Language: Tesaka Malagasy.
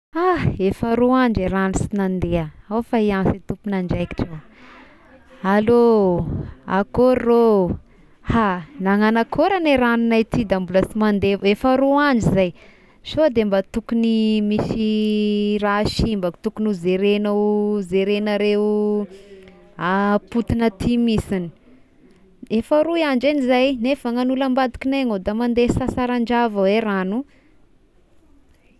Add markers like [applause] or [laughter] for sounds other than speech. Ah efa roy andro ragno sy nandeha ao fa hianso tompon'andraikitra aho. Allo akôry rôh, ha nananakôry agne ragnonay aty da mbola sy mandeha efa roy andro izay, sôde mba tokogny misy raha simba tokogny ho jeregnao jeregnareo [noise] apotigny aty mihisiny, efa roy andro agny zey nefa ny agn'olo ambadikignay da mandeha sasa rahandraha avao i ragno.